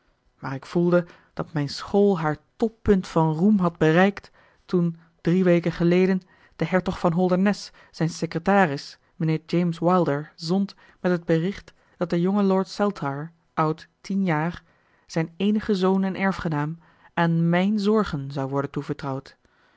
maar ik voelde dat mijn school haar toppunt van roem had bereikt toen drie weken geleden de hertog van holdernesse zijn secretaris mijnheer james wilder zond met het bericht dat de jonge lord saltire oud tien jaar zijn eenige zoon en erfgenaam aan mijn zorgen zou worden toevertrouwd